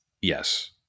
Yes